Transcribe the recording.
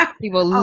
People